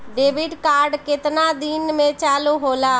Debit card केतना दिन में चालु होला?